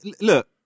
look